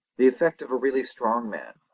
the effect of a really strong man.